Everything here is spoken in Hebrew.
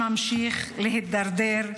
שממשיך להידרדר,